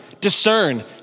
discern